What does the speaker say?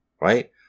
right